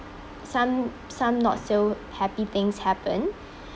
some some not-so-happy things happened